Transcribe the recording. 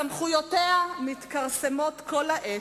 סמכויותיה מתכרסמות כל העת.